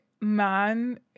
man